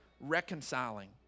reconciling